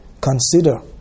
Consider